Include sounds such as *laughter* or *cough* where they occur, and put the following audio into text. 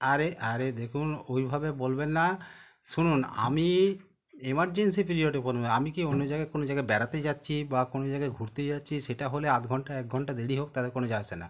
আরে আরে দেখুন ওইভাবে বলবেন না শুনুন আমি ইমার্জেন্সি পিরিয়ডে *unintelligible* আমি কি অন্য জায়গায় কোনো জায়গায় বেড়াতে যাচ্ছি বা কোনো জায়গায় ঘুরতে যাচ্ছি সেটা হলে আধঘণ্টা একঘণ্টা দেরি হোক তাতে কোনো যায় আসে না